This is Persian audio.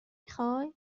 میخوای